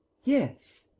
yes.